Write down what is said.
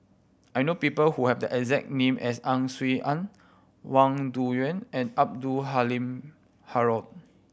I know people who have the exact name as Ang Swee Aun Wang Dayuan and Abdul Halim Haron